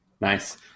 Nice